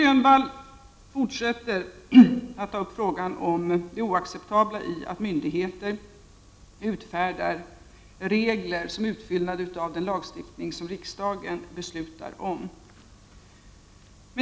Nic Grönvall tar upp frågan om det oacceptabla i att myndigheter utfärdar regler som utfyllnad av den lagstiftning riksdagen beslutar om.